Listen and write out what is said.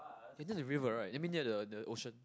it's near the river right I meant near the the ocean